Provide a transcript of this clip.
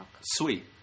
Sweet